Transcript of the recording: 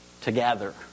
together